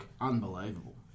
unbelievable